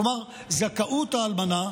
כלומר זכאות האלמנה,